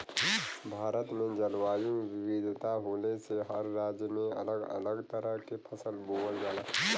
भारत में जलवायु विविधता होले से हर राज्य में अलग अलग तरह के फसल बोवल जाला